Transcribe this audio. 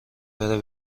بره